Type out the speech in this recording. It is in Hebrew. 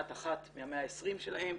את אחת מה-120 שלהם,